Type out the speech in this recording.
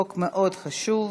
חוק מאוד חשוב.